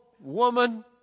woman